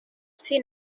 seen